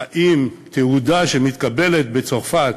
האם תעודה שמתקבלת בצרפת